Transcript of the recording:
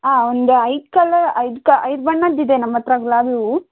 ಆಂ ಒಂದು ಐದು ಕಲರ್ ಐದು ಕ ಐದು ಬಣ್ಣದ್ದಿದೆ ನಮ್ಮ ಹತ್ರ ಗುಲಾಬಿ ಹೂವು